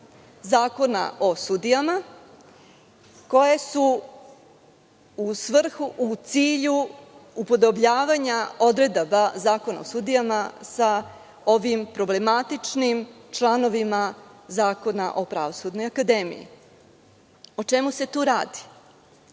Zakona o sudijama koje su u svrhu, u cilju podobljavanja odredaba Zakona o sudijama sa ovim problematičnim članovima Zakona o Pravosudnoj akademiji.O čemu se tu radi?